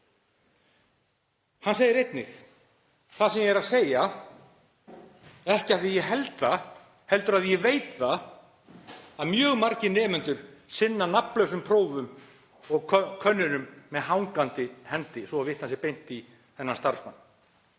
Hann segir einnig það sem ég er að segja, ekki af því að ég held það heldur af því að ég veit það, að mjög margir nemendur sinna nafnlausum prófum og könnunum „með hangandi hendi“, svo vitnað sé beint í þennan starfsmann.